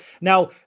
Now